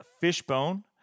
Fishbone